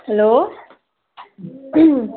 hello